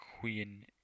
Queen